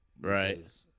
right